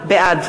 בעד